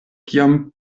kiam